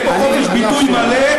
יש פה חופש ביטוי מלא,